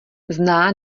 zná